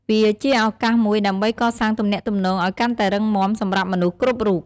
វាជាឱកាសមួយដើម្បីកសាងទំនាក់ទំនងឱ្យកាន់តែរឹងមាំសម្រាប់មនុស្សគ្រប់រូប។